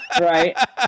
Right